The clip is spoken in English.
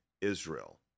Israel